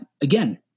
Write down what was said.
again